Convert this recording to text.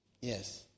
Yes